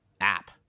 app